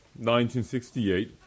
1968